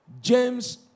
James